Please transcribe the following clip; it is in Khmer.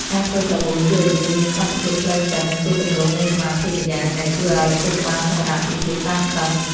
ការធ្វើសាប៊ូជួយឱ្យយើងមានសន្តិភាពផ្លូវចិត្ត និងជាទម្រង់នៃសមាធិម្យ៉ាង ដែលជួយឱ្យខួរក្បាលសម្រាកពីភាពតានតឹង។